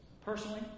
Personally